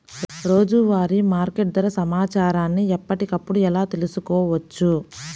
రోజువారీ మార్కెట్ ధర సమాచారాన్ని ఎప్పటికప్పుడు ఎలా తెలుసుకోవచ్చు?